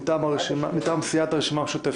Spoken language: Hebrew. מטעם סיעת הרשימה המשותפת.